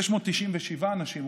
697 אנשים,